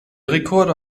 rekorder